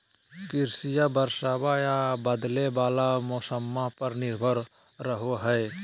कृषिया बरसाबा आ बदले वाला मौसम्मा पर निर्भर रहो हई